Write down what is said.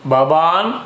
Baban